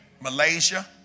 Malaysia